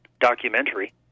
documentary